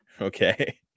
Okay